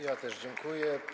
Ja też dziękuję.